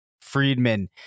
Friedman